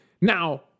Now